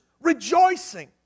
rejoicing